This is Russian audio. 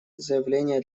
заявления